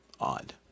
odd